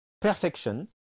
perfection